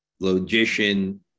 logician